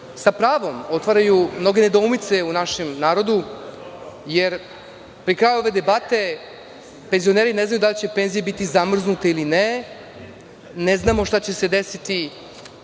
sa pravom otvaraju mnoge nedoumice u našem narodu, jer pri kraju ove debate penzioneri ne znaju da li će penzije biti zamrznute ili ne, ne znamo šta će se desiti